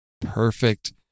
perfect